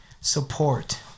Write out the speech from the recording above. support